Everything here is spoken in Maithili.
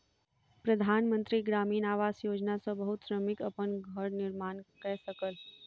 प्रधान मंत्री ग्रामीण आवास योजना सॅ बहुत श्रमिक अपन घर निर्माण कय सकल